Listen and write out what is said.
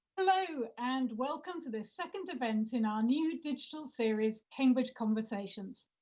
hello, and welcome to the second event in our new digital series cambridge conversations,